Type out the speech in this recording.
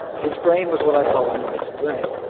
his brain was what i call a noisy brain.